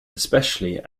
especially